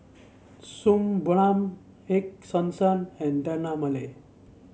Suu Balm Ego Sunsense and Dermale